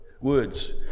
words